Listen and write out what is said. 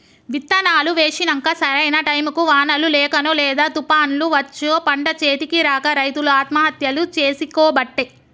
విత్తనాలు వేశినంక సరైన టైముకు వానలు లేకనో లేదా తుపాన్లు వచ్చో పంట చేతికి రాక రైతులు ఆత్మహత్యలు చేసికోబట్టే